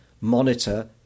monitor